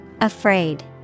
Afraid